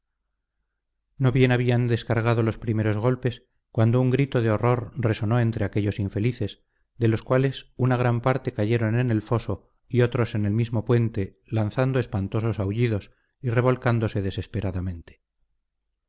no bien habían descargado los primeros golpes cuando un grito de horror resonó entre aquellos infelices de los cuales una gran parte cayeron en el foso y otros en el mismo puente lanzando espantosos aullidos y revolcándose desesperadamente